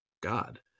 God